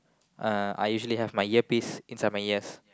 uh I usually have my earpiece inside my ears